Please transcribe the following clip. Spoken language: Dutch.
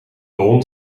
hond